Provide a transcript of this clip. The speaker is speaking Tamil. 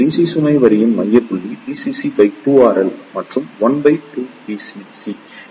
சி சுமை வரியின் மையப் புள்ளி VCC2RL மற்றும் 1 2VCC